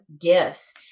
gifts